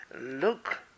look